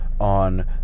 on